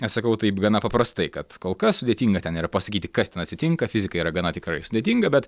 atsakau taip gana paprastai kad kol kas sudėtinga ten yra pasakyti kas ten atsitinka fizikai yra gana tikrai sudėtinga bet